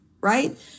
right